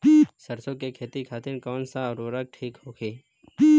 सरसो के खेती खातीन कवन सा उर्वरक थिक होखी?